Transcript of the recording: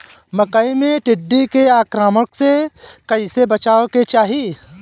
मकई मे टिड्डी के आक्रमण से कइसे बचावे के चाही?